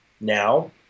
now